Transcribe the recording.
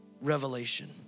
Revelation